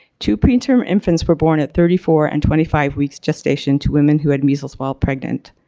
two preterm infants were born at thirty four and twenty five weeks gestation to women who had measles while pregnant.